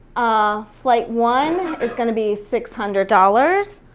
ah flight one is gonna be six hundred dollars,